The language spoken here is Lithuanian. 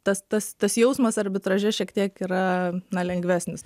tas tas tas jausmas arbitraže šiek tiek yra lengvesnis